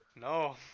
No